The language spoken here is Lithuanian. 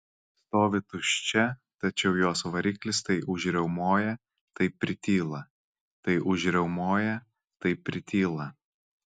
stovi tuščia tačiau jos variklis tai užriaumoja tai prityla tai užriaumoja tai prityla